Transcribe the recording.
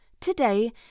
today